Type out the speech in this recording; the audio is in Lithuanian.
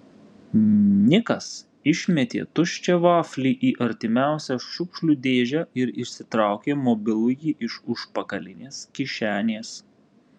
nikas išmetė tuščią vaflį į artimiausią šiukšlių dėžę ir išsitraukė mobilųjį iš užpakalinės kišenės